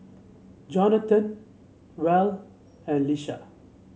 Jonathon Val and Lisha